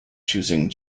choosing